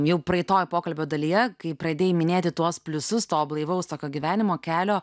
jau praeitoj pokalbio dalyje kai pradėjau minėti tuos pliusus to blaivaus tokio gyvenimo kelio